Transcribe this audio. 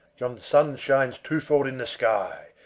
yon sun shines twofold in the sky,